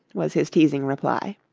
was his teasing reply.